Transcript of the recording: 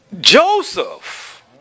Joseph